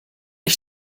ich